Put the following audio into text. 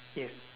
yes